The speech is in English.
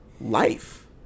life